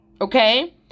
okay